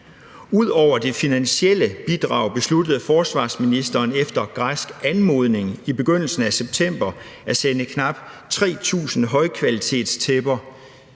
Ud over det finansielle bidrag besluttede forsvarsministeren efter græsk anmodning i begyndelsen af september at sende knap 3.000 højkvalitetstæpper,